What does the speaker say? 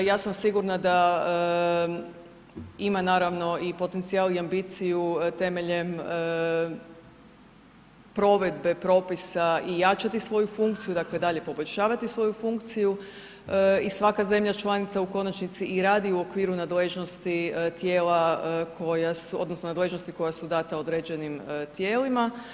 Ja sam sigurna da ima naravno i potencijal i ambiciju temeljem provedbe propisa i jačati svoju funkciju, dakle i dalje poboljšavati svoju funkciju i svaka zemlja članica u konačnici i radi u okviru nadležnosti tijela koja su odnosno nadležnosti koja su data određenim tijelima.